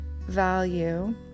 value